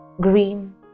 green